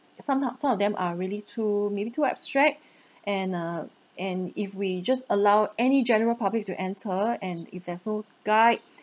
some are some of them are really too maybe too abstract and err and if we just allow any general public to enter and if there's no guide